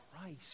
Christ